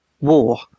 War